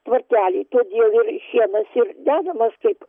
tvartely todėl ir šienas ir dedamas kaip